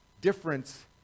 difference